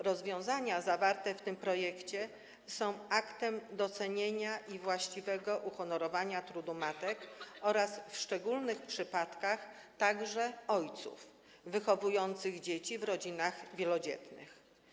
Rozwiązania zawarte w tym projekcie są aktem docenienia i właściwego uhonorowania trudu matek oraz w szczególnych przypadkach także ojców wychowujących dzieci w rodzinach wielodzietnych.